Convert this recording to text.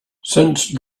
since